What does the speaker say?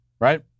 right